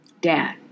dad